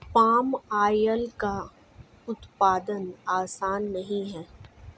palm oil का उत्पादन आसान नहीं है